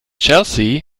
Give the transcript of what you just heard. chelsea